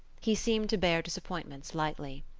he seemed to bear disappointments lightly.